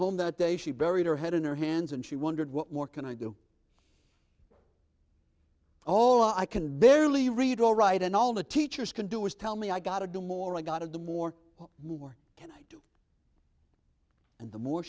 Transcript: home that day she buried her head in her hands and she wondered what more can i do all i can barely read or write and all the teachers can do is tell me i got to do more i got of the more what more can i and the more